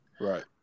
Right